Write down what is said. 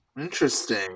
Interesting